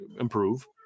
improve